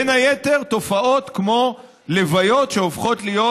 בין היתר תופעות כמו לוויות שהופכות להיות